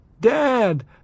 Dad